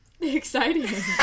Exciting